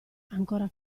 ancora